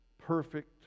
perfect